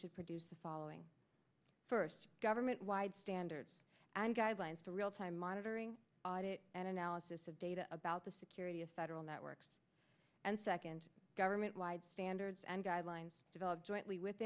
should produce the following first government wide standards and guidelines for real time monitoring audit and analysis of data about the security of federal networks and second government wide standards and guidelines developed jointly with